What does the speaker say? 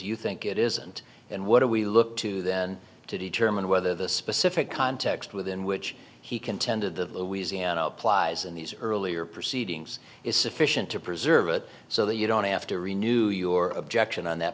you think it isn't and what do we look to then to determine whether the specific context within which he contended that louisiana applies in these earlier proceedings is sufficient to preserve it so that you don't have to renew your objection on that